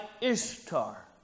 Ishtar